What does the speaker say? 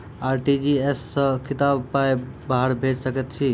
RTGS सअ कतबा पाय बाहर भेज सकैत छी?